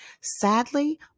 Sadly